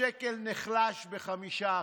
השקל נחלש ב-5%.